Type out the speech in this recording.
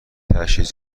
تشییع